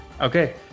okay